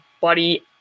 buddy